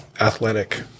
athletic